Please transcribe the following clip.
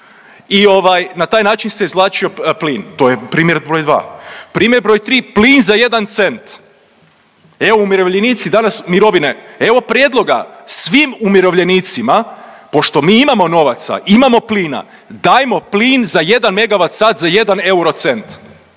i na taj način se izvlačio plin. To je primjer broj dva. Primjer broj tri, plin za jedan cent. EU umirovljenici danas mirovine evo prijedloga, svim umirovljenicima pošto mi imamo novaca, imamo plina, dajmo plin za jedan megawat